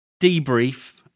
debrief